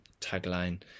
tagline